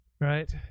right